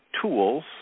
tools